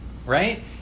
right